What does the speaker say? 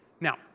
Now